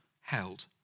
held